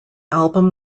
album